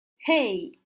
hey